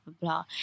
blah